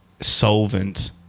solvent